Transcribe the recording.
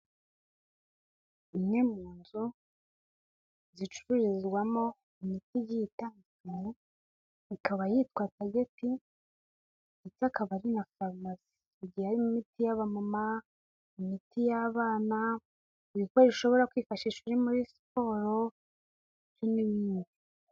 Imwe mu nzu zicururizwamo imiti igiye itandukanye ikaba yitwa Tageti ndetse akaba ari na farumasi, igiye harimo imiti y'abamama, imiti y'abana, ibikoresho ishobora kwifashisha uri muri siporo ndetse n'ibindi.